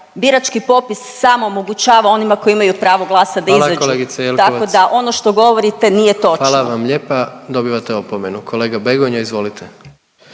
birački popis samo omogućava onima koji imaju pravo glasa da izađu … .../Upadica: Hvala kolegice Jelkovac./... … tako da ono što govorite nije točno. **Jandroković, Gordan (HDZ)** Hvala vam lijepa. Dobivate opomenu. Kolega Begonja, izvolite.